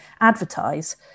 advertise